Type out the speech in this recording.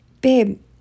babe